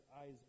eyes